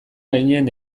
gainean